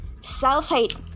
Self-hate